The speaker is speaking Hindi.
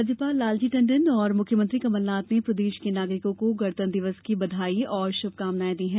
राज्यपाल लालजी टंडन और मुख्यमंत्री कमलनाथ ने प्रदेश के नागरिकों को गणतंत्र दिवस की को बधाई और शुभकामनाएँ दी हैं